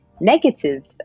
negative